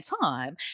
time